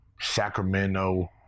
Sacramento